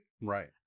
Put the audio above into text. Right